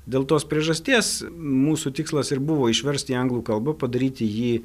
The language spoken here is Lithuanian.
dėl tos priežasties mūsų tikslas ir buvo išversti į anglų kalbą padaryti jį